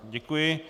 Děkuji.